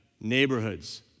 neighborhoods